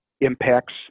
impacts